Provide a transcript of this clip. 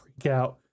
freakout